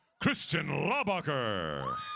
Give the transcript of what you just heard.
christian laubacher,